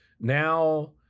now